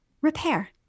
repair